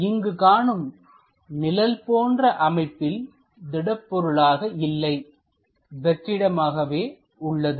இங்கு காணும் நிழல் போன்ற அமைப்பில் திடப்பொருளாக இல்லை வெற்றிடமாகவே உள்ளது